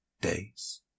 days